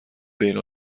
بین